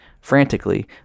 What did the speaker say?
frantically